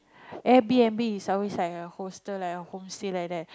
a_b_m_b is outside like a hostel like a homestay like that